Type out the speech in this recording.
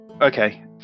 Okay